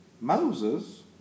Moses